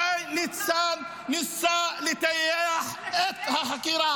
-- שי ניצן ניסה לטייח -- ולשבש.